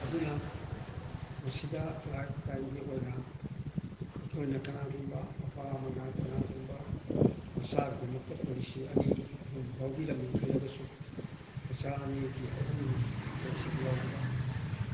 ꯑꯗꯨꯅ ꯃꯁꯤꯗ ꯂꯥꯏꯐ ꯇꯥꯏꯝꯒꯤ ꯑꯣꯏꯅ ꯑꯩꯈꯣꯏꯅ ꯀꯅꯥꯒꯨꯝꯕ ꯃꯄꯥ ꯑꯃꯅ ꯀꯅꯥꯒꯨꯝꯕ ꯃꯆꯥꯒꯤꯗꯃꯛꯇ ꯄꯣꯂꯤꯁꯤ ꯑꯅꯤ ꯑꯍꯨꯝ ꯌꯥꯎꯕꯤꯔꯝꯃꯦ ꯈꯜꯂꯒꯁꯨ ꯃꯆꯥ ꯑꯅꯤꯒꯤ ꯑꯍꯨꯝꯒꯤ ꯄꯣꯂꯤꯁꯤꯗꯨ ꯌꯥꯎꯕꯗ